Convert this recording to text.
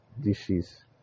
dishes